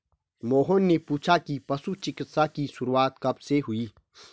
मोहन ने पूछा कि पशु चिकित्सा की शुरूआत कब से हुई?